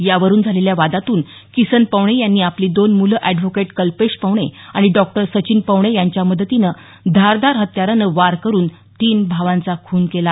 यावरून झालेल्या वादातून किसन पवणे यांनी आपली दोन मुलं अॅडव्होकेट कल्पेश पवणे आणि डॉक्टर सचिन पवणे यांच्या मदतीनं धारदार हत्यारानं वार करून तीन भावांचा खून केला